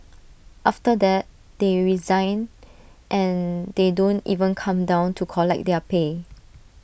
after that they resign and they don't even come down to collect their pay